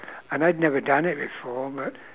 and I'd never done it before but